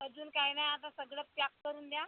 अजून काही नाही आता सगळं पॅक करून द्या